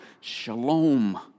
Shalom